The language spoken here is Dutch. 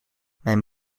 mijn